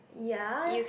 ya